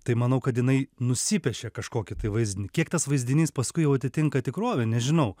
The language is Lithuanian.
tai manau kad jinai nusipiešė kažkokį tai vaizdinį kiek tas vaizdinys paskui jau atitinka tikrovę nežinau